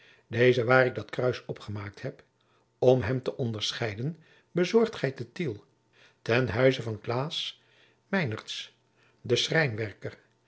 dezen waar ik dat kruis opgemaakt heb om hem te onderscheiden bezorgt gij te tiel ten huize van klaas meinertz den schrijnwerker